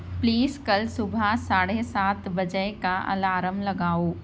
place کل صبح ساڑھے سات بجے کا لگاؤ